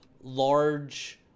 large